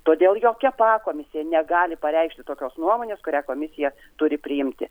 todėl jokia pakomisė negali pareikšti tokios nuomonės kurią komisija turi priimti